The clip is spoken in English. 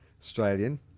Australian